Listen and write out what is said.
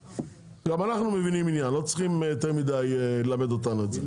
גם אנחנו מבינים עניין לא צריכים יותר מדי ללמד אותנו את זה.